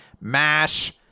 mash